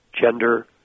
gender